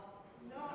לא.